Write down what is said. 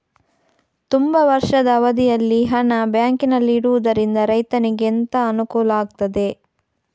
ತುಂಬಾ ವರ್ಷದ ಅವಧಿಯಲ್ಲಿ ಹಣ ಬ್ಯಾಂಕಿನಲ್ಲಿ ಇಡುವುದರಿಂದ ರೈತನಿಗೆ ಎಂತ ಅನುಕೂಲ ಆಗ್ತದೆ?